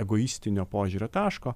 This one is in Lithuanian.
egoistinio požiūrio taško